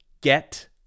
Get